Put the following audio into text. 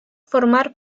formar